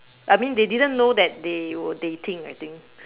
I mean they didn't know that they were dating I think